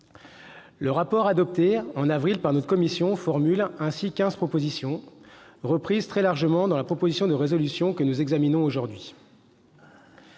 Le rapport adopté en avril par notre commission formule ainsi quinze propositions, reprises très largement dans la proposition de résolution que nous examinons aujourd'hui.